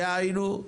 דהיינו,